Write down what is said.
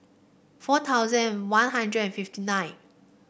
four thousand One Hundred and fifty nine